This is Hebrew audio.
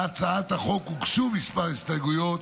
להצעת החוק הוגשו כמה הסתייגויות,